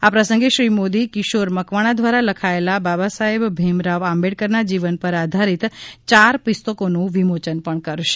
આ પ્રસંગે શ્રી મોદી કિશોર મકવાણા દ્વારા લખાયેલા બાબા સાહેબ ભીમરાવ આંબેડકરના જીવન પર આધારિત ચાર પુસ્તકોનું વિમોચન પણ કરશે